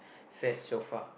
fared so far